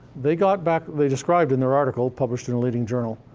they got back they described in their article, published in a leading journal